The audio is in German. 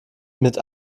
mit